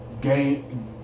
game